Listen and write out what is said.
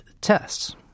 tests